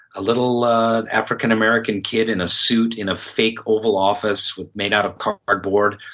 a little african american kid in a suit, in a fake oval office made out of cardboard.